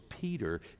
Peter